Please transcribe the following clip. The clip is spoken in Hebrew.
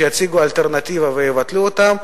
שיציגו אלטרנטיבה ויבטלו אותם,